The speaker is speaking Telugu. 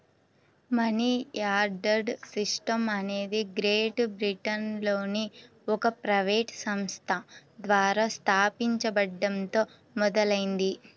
మనియార్డర్ సిస్టమ్ అనేది గ్రేట్ బ్రిటన్లోని ఒక ప్రైవేట్ సంస్థ ద్వారా స్థాపించబడటంతో మొదలైంది